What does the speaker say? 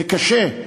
זה קשה.